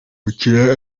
gukina